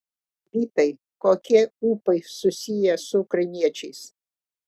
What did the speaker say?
vytai kokie ūpai susiję su ukrainiečiais